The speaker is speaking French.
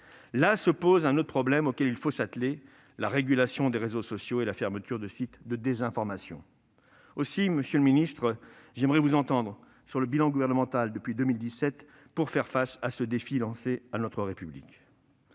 Là se pose un autre problème, auquel il faut s'atteler : la régulation des réseaux sociaux et la fermeture de sites de désinformation. J'aimerais vous entendre, monsieur le ministre, sur le bilan gouvernemental depuis 2017, pour faire face à ce défi lancé à notre République.